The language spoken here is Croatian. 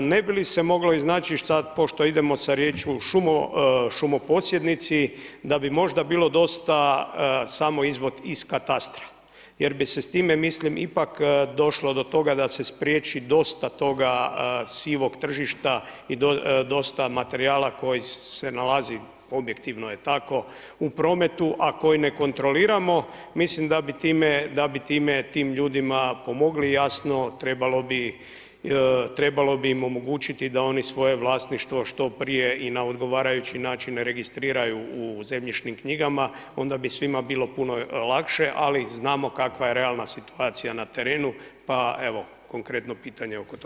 Ne bi li se moglo iznaći sada pošto idemo sa riječju šumoposjednici da bi možda bilo dosta samo izvod iz katastra jer bi se s time mislim ipak došlo do toga da se spriječi dosta toga sivog tržišta i dosta materijala koji se nalaz objektivno tako u prometu, a koji ne kontroliramo mislim da bi time tim ljudima pomogli, jasno trebalo bi im omogućiti da oni svoje vlasništvo što prije i na odgovarajući način registriraju u zemljišnim knjigama, onda bi svima bilo puno lakše, ali znamo kakva je realna situacija na terenu, pa evo, konkretno pitanje oko toga.